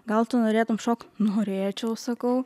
gal tu norėtum šokt norėčiau sakau